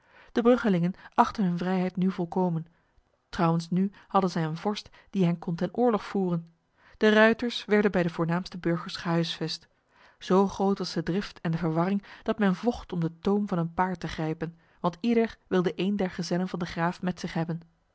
de bruggelingen achtten hun vrijheid nu volkomen trouwens nu hadden zij een vorst die hen kon ten oorlog voeren de ruiters werden bij de voornaamste burgers gehuisvest zo groot was de drift en de verwarring dat men vocht om de toom van een paard te grijpen want ieder wilde een der gezellen van de graaf met zich hebben